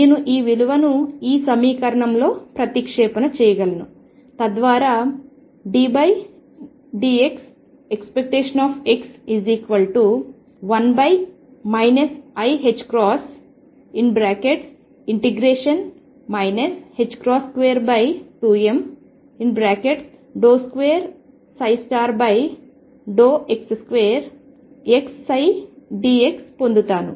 నేను ఈ విలువను ఈ సమీకరణంలో ప్రతిక్షేపణ చేయగలను తద్వారా ddt⟨x⟩1 iℏ 22m2x2xψdx పొందుతాను